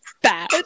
bad